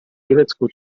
grecku